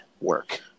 work